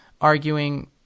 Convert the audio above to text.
arguing